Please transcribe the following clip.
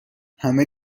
همه